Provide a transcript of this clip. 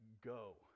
go